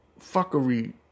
fuckery